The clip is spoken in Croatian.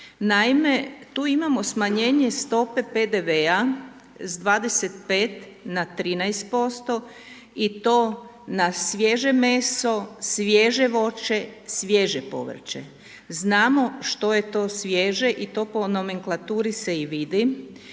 Naime, tu imamo smanjenje stope PDV-a s 25 na 13% i to na svježe meso, svježe voće, svježe povrće. Znamo što je to svježe i to po nomenklaturi se i vidi